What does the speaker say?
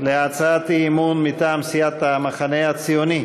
על הצעת האי-אמון מטעם סיעת המחנה הציוני: